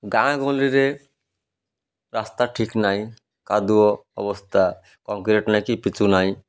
ଗାଁ ଗହଳିରେ ରାସ୍ତା ଠିକ୍ ନାହିଁ କାଦୁଅ ଅବସ୍ଥା କଂକ୍ରିଟ୍ ନାହିଁ କି ପିଚୁ ନାହିଁ